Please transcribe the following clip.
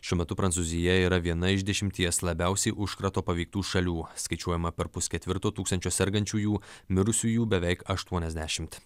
šiuo metu prancūzija yra viena iš dešimties labiausiai užkrato paveiktų šalių skaičiuojama per pusketvirto tūkstančio sergančiųjų mirusiųjų beveik aštuoniasdešimt